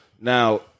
now